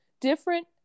Different